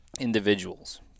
individuals